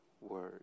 word